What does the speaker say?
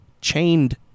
chained